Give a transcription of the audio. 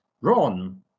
Ron